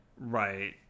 right